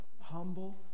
Humble